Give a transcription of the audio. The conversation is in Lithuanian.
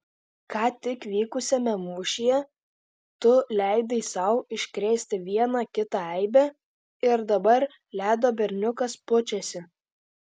ką tik vykusiame mūšyje tu leidai sau iškrėsti vieną kitą eibę ir dabar ledo berniukas pučiasi